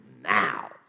now